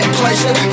pleasure